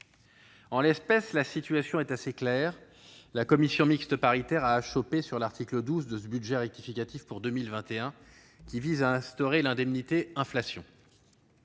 En l'espèce, la situation est assez claire : la commission mixte paritaire a achoppé sur l'article 12 de ce budget rectificatif, qui prévoit l'instauration de l'indemnité inflation.